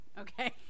okay